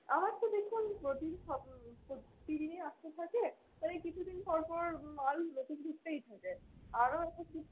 আমার তো দেখুন প্রতিদিন শপ প্রতিদিনই আসতে থাকে তো এই কিছুদিন পর পর মাল নতুন ঢুকতেই থাকে আরও একটা কি